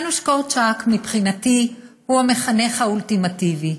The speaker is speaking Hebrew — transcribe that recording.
יאנוש קורצ'אק מבחינתי הוא המחנך האולטימטיבי.